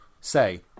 say